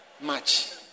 match